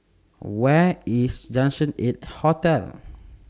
Where IS Junction eight Hotel